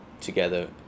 together